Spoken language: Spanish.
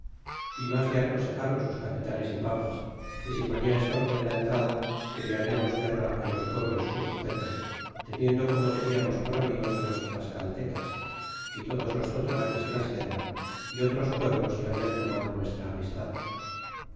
y mas le aconsejron sus capitanes y papas que si ponia estorbo en la entrada que le liaríamos guerra en los pueblos sus sujetos teniendo como teniamos por amigos los tlascaltecas y todos los totonaques de la sierra é otros pueblos que hablan tomado nuestra amistad